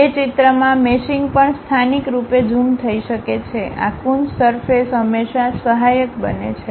તે ચિત્રમાં મેશિંગ પણ સ્થાનિક રૂપે ઝૂમ થઈ શકે છે આ કૂન્સ સરફેસ હંમેશાં સહાયક બને છે